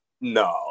No